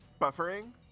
buffering